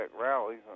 rallies